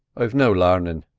i've no larnin'.